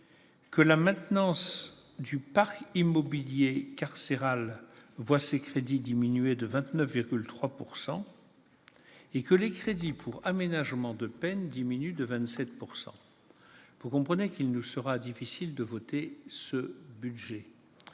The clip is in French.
que la maintenance du parc immobilier carcéral voit ses crédits baisser de 29,3 % et que les crédits pour aménagement de peine diminuent de 27 %. Il nous sera donc difficile de voter ce budget.